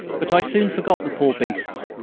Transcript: but i soon forgot the poor beasts,